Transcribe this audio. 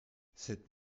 cette